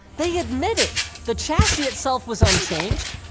they admitted the chassis itself was unchanged,